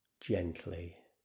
Gently